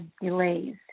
delays